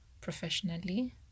professionally